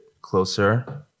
closer